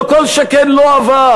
לא כל שכן לא עבר.